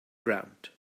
ground